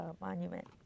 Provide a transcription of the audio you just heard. monument